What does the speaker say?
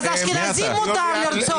אשכנזים מותר לרצוח.